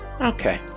Okay